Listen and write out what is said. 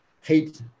hate